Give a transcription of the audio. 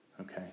Okay